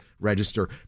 register